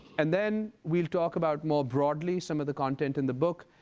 and then we'll talk about more broadly some of the content in the book.